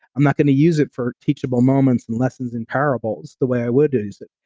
i'm not going to use it for teachable moments and lessons in parables the way i would use it.